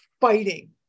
fighting